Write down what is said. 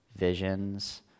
Visions